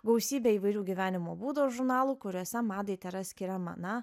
gausybė įvairių gyvenimo būdo žurnalų kuriuose madai tėra skiriama na